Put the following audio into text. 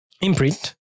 imprint